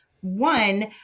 one